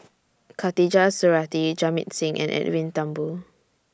Khatijah Surattee Jamit Singh and Edwin Thumboo